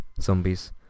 zombies